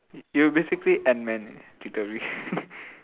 you basically ant man leh literally